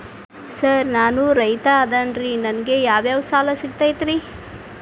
Sir ನಾನು ರೈತ ಅದೆನ್ರಿ ನನಗ ಯಾವ್ ಯಾವ್ ಸಾಲಾ ಸಿಗ್ತೈತ್ರಿ?